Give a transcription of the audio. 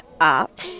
up